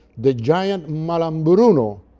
the giant, malambruno,